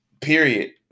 Period